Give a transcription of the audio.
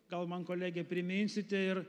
gal man kolegė priminsite ir